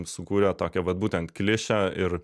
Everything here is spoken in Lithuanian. sukūrė tokią vat būtent klišę ir